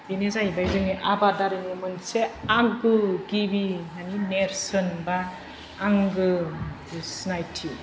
बिनो जाहैबाय जोंनि आबादारिनि मोनसे आंगो गिबि मानि नेरसोन बा आंगो जि सिनायथि